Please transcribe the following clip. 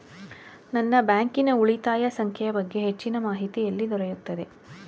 ನನ್ನ ಬ್ಯಾಂಕಿನ ಉಳಿತಾಯ ಸಂಖ್ಯೆಯ ಬಗ್ಗೆ ಹೆಚ್ಚಿನ ಮಾಹಿತಿ ಎಲ್ಲಿ ದೊರೆಯುತ್ತದೆ?